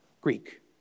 Greek